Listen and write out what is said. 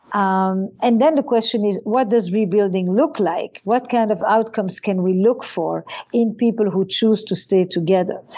um and then the question is, what does rebuilding look like, what kind of outcomes can we look for in people people who choose to stay together.